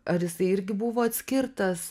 ar jisai irgi buvo atskirtas